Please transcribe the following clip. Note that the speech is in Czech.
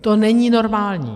To není normální.